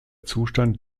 zustand